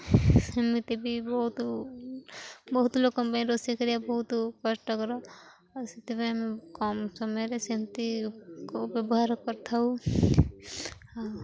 ସେମିତି ବି ବହୁତ ବହୁତ ଲୋକଙ୍କ ପାଇଁ ରୋଷେଇ କରିବା ବହୁତ କଷ୍ଟକର ଆଉ ସେଥିପାଇଁ ଆମେ କମ୍ ସମୟରେ ସେମିତିକୁ ବ୍ୟବହାର କରିଥାଉ